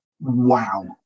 wow